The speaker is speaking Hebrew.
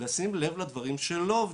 לשים לב לדברים שלא עובדים.